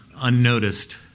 unnoticed